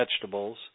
vegetables